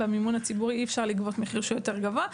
במימון הציבורי אי אפשר לגבות מחיר שהוא יותר גבוה.